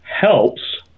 helps